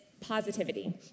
positivity